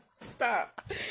Stop